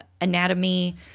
anatomy –